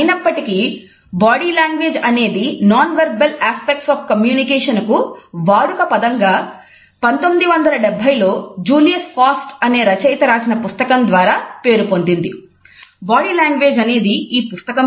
అయినప్పటికీ body language అనేది non verbal aspects of communication కు వాడుక పదంగా 1970లో జూలియస్ ఫాస్ట్ అనే రచయిత వ్రాసిన పుస్తకం ద్వారా పేరుపొందింది